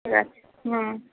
ঠিক আছে হুম